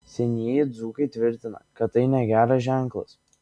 senieji dzūkai tvirtina kad tai negeras ženklas